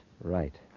right